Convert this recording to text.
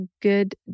good